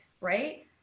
right